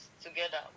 together